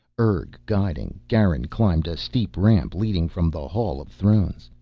urg guiding, garin climbed a steep ramp leading from the hall of thrones.